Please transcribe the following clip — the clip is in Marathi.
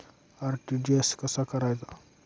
आर.टी.जी.एस कसा करायचा?